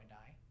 die